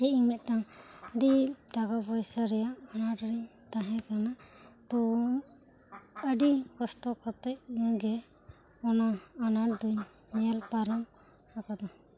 ᱡᱮ ᱤᱧ ᱢᱤᱫ ᱴᱟᱱ ᱟᱹᱰᱤ ᱴᱟᱠᱟ ᱯᱚᱭᱥᱟ ᱨᱮᱭᱟᱜ ᱟᱱᱟᱸᱴ ᱨᱮᱧ ᱛᱟᱦᱮᱸ ᱠᱟᱱᱟ ᱛᱚ ᱟᱹᱰᱤ ᱠᱚᱥᱴᱚ ᱠᱟᱛᱮᱫ ᱜᱮ ᱚᱱᱟ ᱟᱱᱟᱸᱴ ᱫᱚᱹᱧ ᱧᱮᱞ ᱯᱟᱨᱚᱢ ᱟᱠᱟᱫᱟ